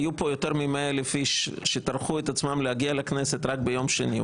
היו כאן יותר מ-100 אלף אנשים שהטריחו את עצמם להגיע לכנסת ביום שני.